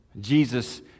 Jesus